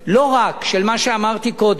לא רק מה שאמרתי קודם,